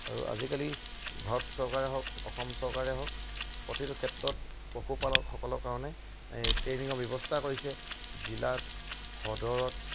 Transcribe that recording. আৰু আজিকালি ভাৰত চৰকাৰে হওক অসম চৰকাৰে হওক প্ৰতিটো ক্ষেত্ৰত পশুপালকসকলৰ কাৰণে এই ট্ৰেইনিঙৰ ব্যৱস্থা কৰিছে জিলাত সদৰত